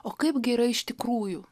o kaipgi yra iš tikrųjų